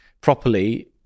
properly